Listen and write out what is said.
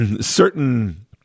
certain